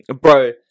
bro